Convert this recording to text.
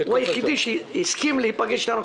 הוא היחידי שהסכים להיפגש איתנו.